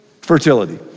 fertility